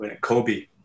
Kobe